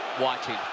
watching